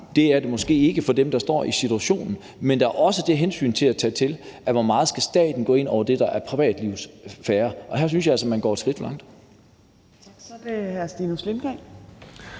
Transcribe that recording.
det er det måske ikke for dem, der står i situationen, men der er også det hensyn, der skal tages, i forhold til hvor meget staten skal gå ind over det, der hører til privatlivets sfære, og her synes jeg altså, at man går et skridt for langt.